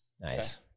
Nice